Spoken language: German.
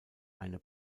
eine